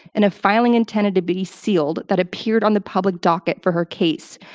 and a filing intended to be sealed that appeared on the public docket for her case,